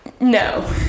no